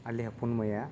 ᱟᱞᱮ ᱦᱚᱯᱚᱱ ᱢᱟᱹᱭᱟᱜ